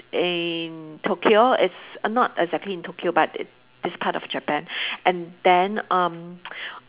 in Tokyo it's err not exactly in Tokyo but it this part of Japan and then um